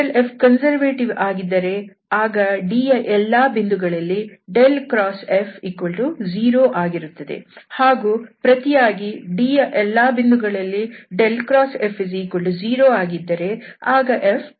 F conservative ಆಗಿದ್ದರೆ ಆಗ D ಯ ಎಲ್ಲಾ ಬಿಂದುಗಳಲ್ಲಿ F0 ಆಗಿರುತ್ತದೆ ಹಾಗೂ ಪ್ರತಿಯಾಗಿ D ಯ ಎಲ್ಲಾ ಬಿಂದುಗಳಲ್ಲಿ F0 ಆಗಿದ್ದರೆ ಆಗ F ಕನ್ಸರ್ವೇಟಿವ್ ಆಗಿರುತ್ತದೆ